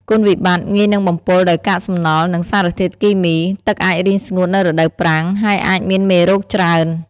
គុណវិបត្តិ ងាយនឹងបំពុលដោយកាកសំណល់ និងសារធាតុគីមី។ ទឹកអាចរីងស្ងួតនៅរដូវប្រាំង ហើយអាចមានមេរោគច្រើន។